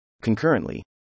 Concurrently